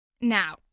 Now